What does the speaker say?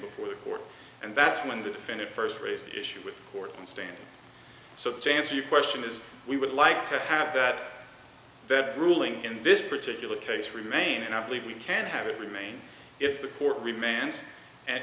before the court and that's when the defendant first raised the issue with court and stand so to answer your question is we would like to have that ruling in this particular case remain and i believe we can have it remain if the court remands and